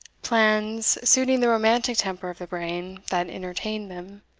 plans, suiting the romantic temper of the brain that entertained them,